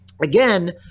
Again